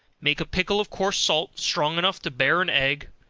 make a pickle of coarse salt, strong enough to bear an egg,